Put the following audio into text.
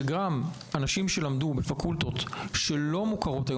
שגם אנשים שלמדו בפקולטות שלא מוכרות היום